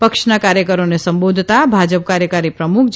પક્ષના કાર્યકરોને સંબોધતા ભાજપ કાર્યકારી પ્રમુખ જે